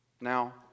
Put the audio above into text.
Now